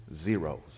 zeros